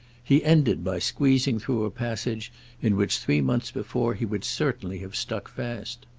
he ended by squeezing through a passage in which three months before he would certainly have stuck fast.